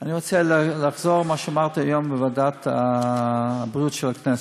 אני רוצה לחזור על מה שאמרתי היום בוועדת הבריאות של הכנסת: